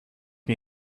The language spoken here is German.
mir